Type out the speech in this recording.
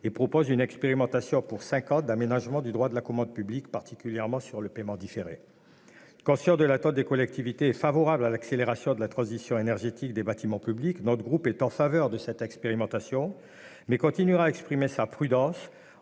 a pour objet une expérimentation pendant cinq ans de l'aménagement du droit de la commande publique, particulièrement en matière de paiement différé. Conscient de l'attente des collectivités, et favorable à l'accélération de la transition énergétique des bâtiments publics, notre groupe est favorable à cette expérimentation, mais il continuera à exprimer sa prudence